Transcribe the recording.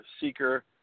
seeker